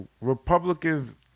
Republicans